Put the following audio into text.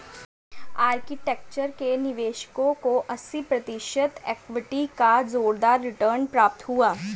architecture के निवेशकों को अस्सी प्रतिशत इक्विटी का जोरदार रिटर्न प्राप्त हुआ है